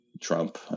Trump